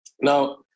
Now